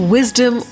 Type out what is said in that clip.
Wisdom